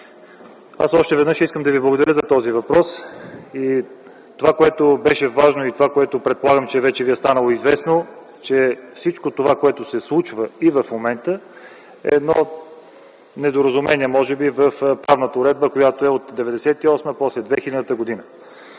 аз още веднъж искам да Ви благодаря за този въпрос. Това, което беше важно и предполагам, че вече Ви е станало известно, е, че всичко това, което се случва и в момента, е едно недоразумение може би в правната уредба, която е от 1998 г., а после